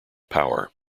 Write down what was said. power